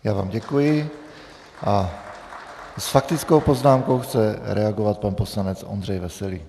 Já vám děkuji a s faktickou poznámkou chce reagovat pan poslanec Ondřej Veselý.